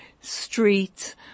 street